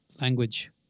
language